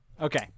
Okay